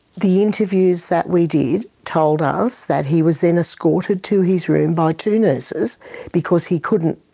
the interviews that we did told us that he was then escorted to his room by two nurses because he couldn't,